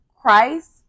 Christ